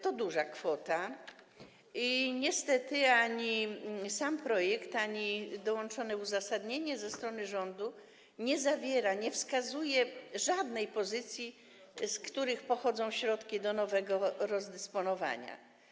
To duża kwota, niestety ani projekt, ani dołączone uzasadnienie rządu nie zawiera, nie wskazuje żadnej z pozycji, z których pochodzą środki do nowego rozdysponowania.